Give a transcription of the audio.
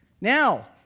Now